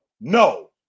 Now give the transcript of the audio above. No